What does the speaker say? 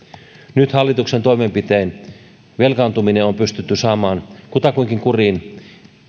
nyt hallituksen toimenpitein velkaantuminen on pystytty saamaan kutakuinkin kuriin